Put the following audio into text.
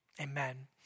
Amen